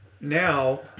now